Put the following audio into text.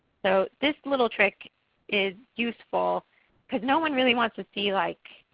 so this little trick is useful because no one really wants to see like